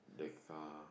that car